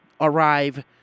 arrive